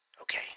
Okay